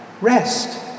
rest